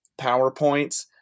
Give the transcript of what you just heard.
PowerPoints